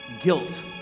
guilt